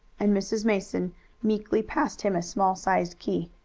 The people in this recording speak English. and mrs. mason meekly passed him a small-sized key.